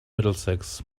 middlesex